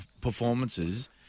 performances